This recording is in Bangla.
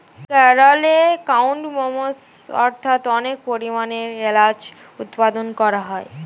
কেরলে কার্ডমমস্ অর্থাৎ অনেক পরিমাণে এলাচ উৎপাদন করা হয়